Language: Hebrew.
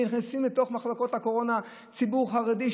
נכנסים לתוך מחלקות הקורונה הם ציבור חרדי,